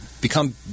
become